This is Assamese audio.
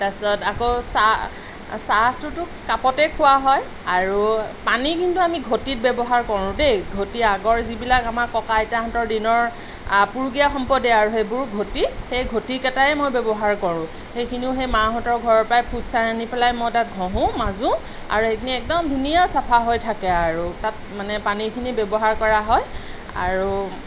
তাৰপাছত আকৌ চাহ চাহ চাহটোতো কাপতেই খোৱা হয় আৰু পানী কিন্তু আমি ঘটিত ব্যৱহাৰ কৰোঁ দেই ঘটী আগৰ যিবিলাক আমাৰ ককা আইতাহঁতৰ দিনৰ আপুৰুগীয়া সম্পদেই আৰু সেইবোৰ ঘটি সেই ঘটিকেইটাই মই ব্যৱহাৰ কৰোঁ সেইখিনিও সেই মাহঁতৰ ঘৰৰ পৰাই ফুতছাঁই আনি পেলাই মই তাক ঘঁহোঁ মাজোঁ আৰু সেইখিনি একদম ধুনীয়া চাফা হৈ থাকে আৰু তাত মানে পানীখিনি ব্যৱহাৰ কৰা হয় আৰু